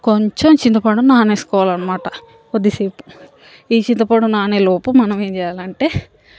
కొంచెం చింతపండు నానేసుకోవాలి అనమాట కొద్దిసేపు ఈ చింతపండు నానేలోపు మనం ఏం చెయ్యాలంటే